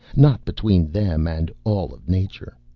not between them and all of nature.